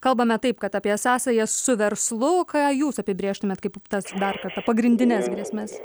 kalbame taip kad apie sąsajas su verslu ką jūs apibrėžtumėt kaip tas dar kartą pagrindines grėsmes